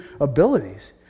abilities